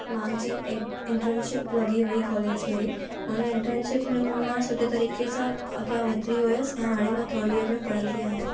मुंहिंजी इंटर्नशिप लॻी कॉलेज में हुन इंटर्नशिप में बि मां सुठे तरीके सां अॻियां वधी हुअसि ऐं हाणे मां थर्ड इयर पढ़ंदी आहियां